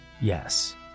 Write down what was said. yes